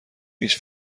هیچ